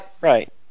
Right